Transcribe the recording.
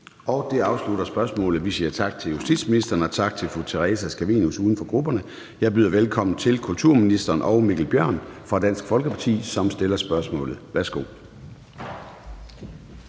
Det afslutter spørgsmålet. Vi siger tak til justitsministeren og tak til fru Theresa Scavenius, uden for grupperne. Jeg byder velkommen til kulturministeren og hr. Mikkel Bjørn fra Dansk Folkeparti, som stiller spørgsmålet. Kl.